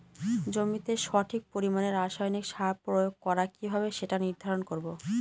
জমিতে সঠিক পরিমাণে রাসায়নিক সার প্রয়োগ করা কিভাবে সেটা নির্ধারণ করব?